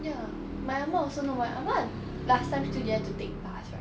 ya my ah ma also no one ah ma last time still dare to take bus right